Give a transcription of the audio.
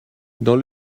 dans